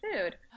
food